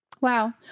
Wow